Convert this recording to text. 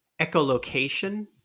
echolocation